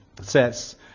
says